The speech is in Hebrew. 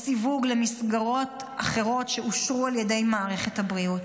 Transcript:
או סיווג למסגרות אחרות שאושרו על ידי מערכת הבריאות.